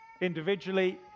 individually